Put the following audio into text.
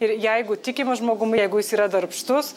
ir jeigu tikim žmogum jeigu jis yra darbštūs